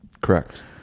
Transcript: Correct